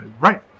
Right